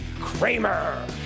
Kramer